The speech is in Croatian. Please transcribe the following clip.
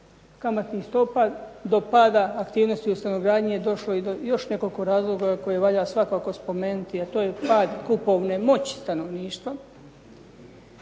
kamatnih stopa do pada aktivnosti u stanogradnji je došlo i zbog još nekoliko razloga koje valja svakako spomenuti a to je pad kupovne moći stanovništva,